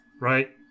right